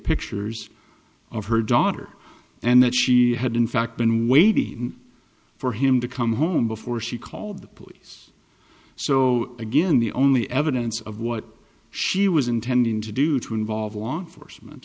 pictures of her daughter and that she had in fact been waiting for him to come home before she called the police so again the only evidence of what she was intending to do to involve law enforcement